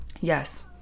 Yes